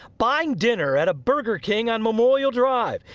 buying dinner at a burger king on memorial drive.